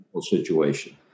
situation